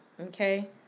okay